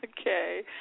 Okay